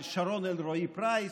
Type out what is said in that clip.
על שרון אלרעי-פרייס,